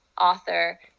author